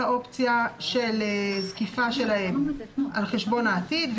האופציה של זקיפה שלהם על חשבון העתיד,